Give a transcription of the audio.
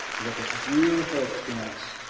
we've got this beautiful expanse.